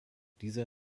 dieser